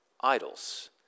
idols